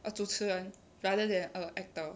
a 主持人 rather than a actor